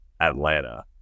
atlanta